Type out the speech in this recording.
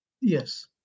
Yes